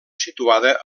situada